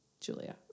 Julia